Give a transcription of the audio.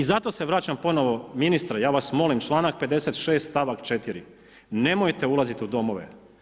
I za to se vraćam ponovno, ministre, ja vas molim, članak 56. stavak 4., nemojte ulaziti u domove.